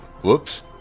Whoops